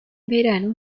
verano